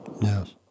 Yes